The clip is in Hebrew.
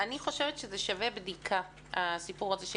אני חושבת שהסיפור הזה של